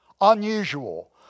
Unusual